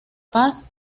paz